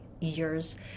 years